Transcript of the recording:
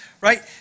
right